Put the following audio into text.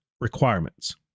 requirements